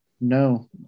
no